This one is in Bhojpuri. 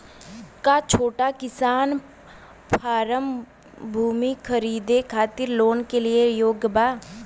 का छोटा किसान फारम भूमि खरीदे खातिर लोन के लिए योग्य बा?